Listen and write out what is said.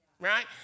right